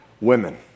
Women